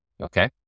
Okay